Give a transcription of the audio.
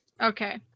Okay